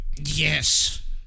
Yes